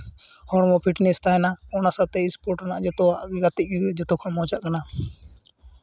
ᱦᱚᱲᱢᱚ ᱯᱷᱤᱴᱱᱮᱥ ᱛᱟᱦᱮᱱᱟ ᱚᱱᱟ ᱥᱟᱛᱮᱜ ᱤᱥᱯᱳᱨᱴ ᱨᱮᱭᱟᱜ ᱡᱚᱛᱚᱣᱟᱜ ᱜᱟᱛᱮᱜ ᱡᱚᱛᱚ ᱠᱷᱚᱱ ᱢᱚᱡᱟᱜ ᱠᱟᱱᱟ